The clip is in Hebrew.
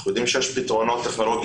אנחנו יודעים שיש פתרונות טכנולוגיים